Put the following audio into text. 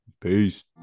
Peace